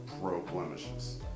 pro-blemishes